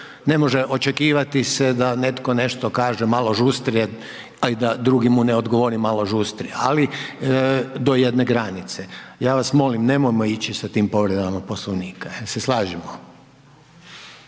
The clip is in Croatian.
ne može se očekivati da netko nešto kaže malo žustrije, a da mu drugi ne odgovori malo žustrije, ali do jedne granice. Ja vas molim nemojmo ići sa tim povredama Poslovnika, jel se slažemo?